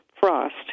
frost